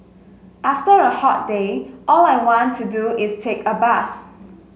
after a hot day all I want to do is take a bath